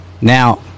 Now